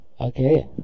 Okay